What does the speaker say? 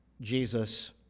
Jesus